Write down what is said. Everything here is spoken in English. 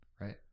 right